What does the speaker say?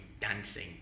dancing